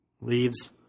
Leaves